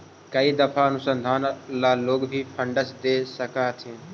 कई दफा अनुसंधान ला लोग भी फंडस दे सकअ हथीन